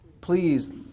Please